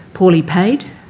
poorly paid